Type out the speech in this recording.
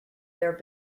their